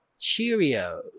Cheerios